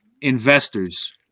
investors